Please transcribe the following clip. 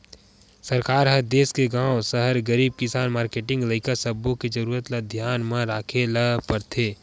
सरकार ह देस के गाँव, सहर, गरीब, किसान, मारकेटिंग, लइका सब्बो के जरूरत ल धियान म राखे ल परथे